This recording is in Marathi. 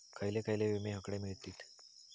खयले खयले विमे हकडे मिळतीत?